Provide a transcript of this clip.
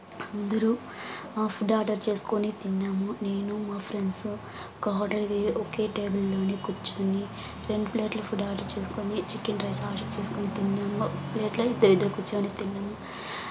అందరు food order చేసుకొని తిన్నాము నేను మా ఫ్రెండ్సు ఒక హోటల్కి పోయి ఒకే టేబుల్లోని కూర్చొని టెంప్లేట్లో ఫుడ్ ఆర్డర్ చేసుకొని చికెన్ రైస్ ఆర్డర్ చేసుకొని తిన్నాము ప్లేట్లో ఇద్దరు ఇద్దరు కూర్చొని తిన్నాము